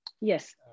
yes